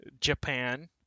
Japan